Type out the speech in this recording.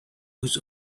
was